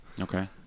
Okay